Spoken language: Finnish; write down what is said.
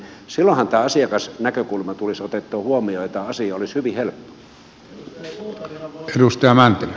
silloinhan tämä asiakasnäkökulma tulisi otettua huomioon ja tämä asia olisi hyvin helppo